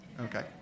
Okay